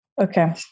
Okay